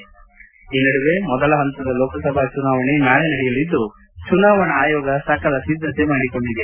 ಡಿಡಿನ್ಕೂಸ್ live ಈ ನಡುವೆ ಮೊದಲ ಪಂತದ ಲೋಕಸಭಾ ಚುನಾವಣೆ ನಾಳೆ ನಡೆಯಲಿದ್ದು ಚುನಾವಣಾ ಆಯೋಗ ಸಕಲ ಸಿದ್ಧತೆ ಮಾಡಿಕೊಂಡಿದೆ